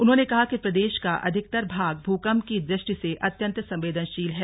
उन्होंने कहा कि प्रदेश का अधिकतर भाग भूकम्प की दृष्टि से अत्यंत संवेदनशील है